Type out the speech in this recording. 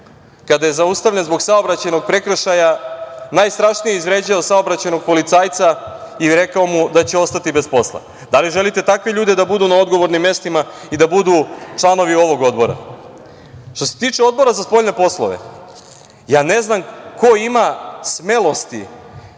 kada je zaustavljen zbog saobraćajnog prekršaja, najstrašnije je izvređao saobraćajnog policajca i rekao mu da će ostati bez posla. Da li želite da takvi ljudi budu na odgovornim mestima i da budu članovi ovog odbora? Što se tiče Odbora za spoljne poslove, ne znam ko ima smelosti